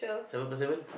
seven plus seven